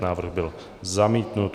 Návrh byl zamítnut.